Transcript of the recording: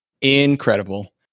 incredible